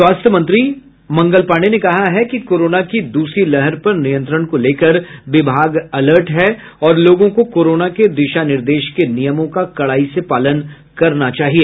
स्वास्थ्य मंत्री मंगल पांडेय ने कहा कि कोरोना की दूसरी लहर पर नियंत्रण को लेकर विभाग अलर्ट पर है और लोगों को कोरोना के दिशा निर्देश के नियमों का कड़ाई से पालन करना चाहिए